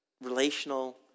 relational